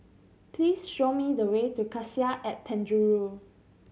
please show me the way to Cassia at Penjuru